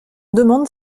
demande